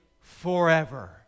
forever